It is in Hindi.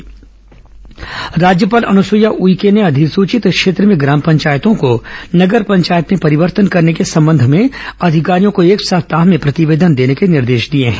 राज्यपाल समीक्षा बैठक राज्यपाल अनुसुईया उइके ने अधिसूचित क्षेत्र में ग्राम पंचायतों को नगर पंचायत में परिवर्तन करने के संबंध में अधिकारियों को एक सप्ताह में प्रतिवेदन देने के निर्देश दिए हैं